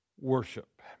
worship